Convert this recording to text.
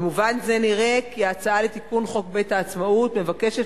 במובן זה נראה כי ההצעה לתיקון חוק בית-העצמאות מבקשת